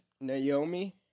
Naomi